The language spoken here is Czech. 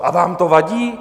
A vám to vadí?